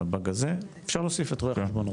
הבעיה הזאת, אפשר להוסיף גם את רואי החשבון.